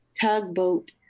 tugboat